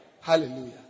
Hallelujah